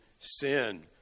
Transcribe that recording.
sin